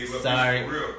Sorry